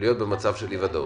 להיות במצב של אי ודאות.